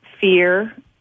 fear